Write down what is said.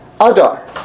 Adar